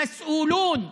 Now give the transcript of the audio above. הממשלה הזו והקואליציה